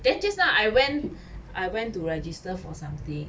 then just now I went I went to register for something